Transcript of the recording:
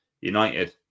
United